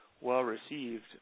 well-received